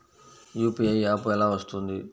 UPI app ఎలా వస్తుంది?